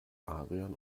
adrian